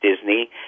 Disney